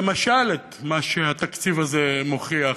כמשל את מה שהתקציב הזה מוכיח,